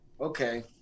okay